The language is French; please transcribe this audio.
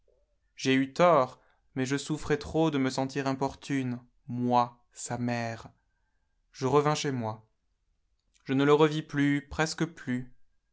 eu tort mais je souffrais trop de me sentir importune moi sa mère je revins chez moi je ne le revis plus presque plus